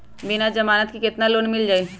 बिना जमानत के केतना लोन मिल जाइ?